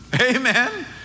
Amen